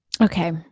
okay